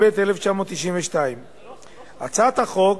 התשנ"ב 1992. הצעת החוק